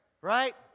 right